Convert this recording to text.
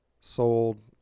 sold